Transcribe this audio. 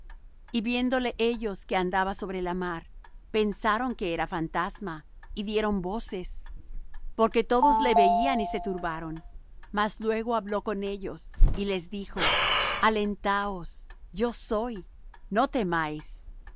y viéndole ellos que andaba sobre la mar pensaron que era fantasma y dieron voces porque todos le veían y se turbaron mas luego habló con ellos y les dijo alentaos yo soy no temáis